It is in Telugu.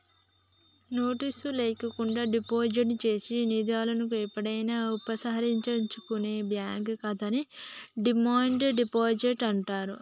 నోటీసు లేకుండా డిపాజిట్ చేసిన నిధులను ఎప్పుడైనా ఉపసంహరించుకునే బ్యాంక్ ఖాతాని డిమాండ్ డిపాజిట్ అంటారు